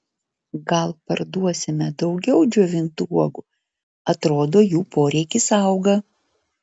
gal parduosime daugiau džiovintų uogų atrodo jų poreikis auga